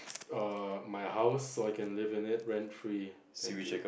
err my house so I can live in it rent free thank you